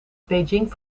beijing